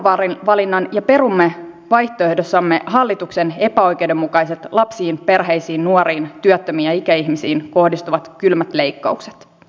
teimme arvovalinnan ja perumme vaihtoehdossamme hallituksen epäoikeudenmukaiset lapsiin perheisiin nuoriin työttömiin ja ikäihmisiin kohdistuvat kylmät leikkaukset